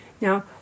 Now